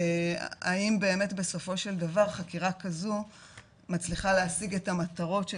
האם באמת בסופו של דבר חקירה כזו מצליחה להשיג את המטרות של